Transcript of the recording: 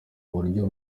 buryo